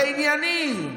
נכון, אבל זה ענייני.